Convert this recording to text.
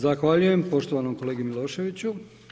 Zahvaljujem poštovanom kolegi Miloševiću.